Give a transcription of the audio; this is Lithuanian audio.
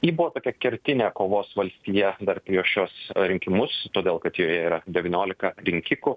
ji buvo tokia kertinė kovos valstija dar prieš šiuos rinkimus todėl kad joje yra devyniolika rinkikų